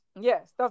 yes